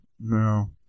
no